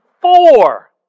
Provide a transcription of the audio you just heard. four